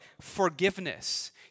forgiveness